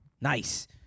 Nice